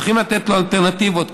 צריכים לתת לו אלטרנטיבות,